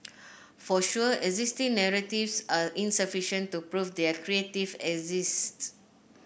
for sure existing narratives are insufficient to prove there creative exists